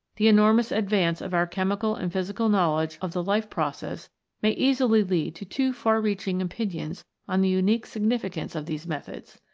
the enormous advance of our chemical and physical knowledge of the life process may easily lead to too far-reaching opinions on the unique significance of these methods.